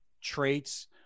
traits